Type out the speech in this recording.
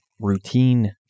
routine